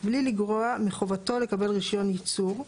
בלי לגרוע מחובתו לקבל רישיון ייצור,